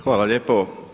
Hvala lijepo.